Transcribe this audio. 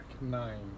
Nine